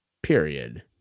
period